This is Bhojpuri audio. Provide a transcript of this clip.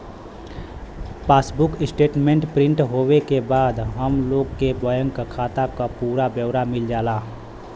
पासबुक स्टेटमेंट प्रिंट होये के बाद हम लोग के बैंक खाता क पूरा ब्यौरा मिल जाला